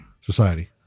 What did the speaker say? society